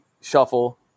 shuffle